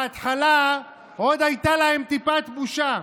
בהתחלה עוד הייתה להם טיפת בושה,